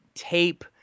tape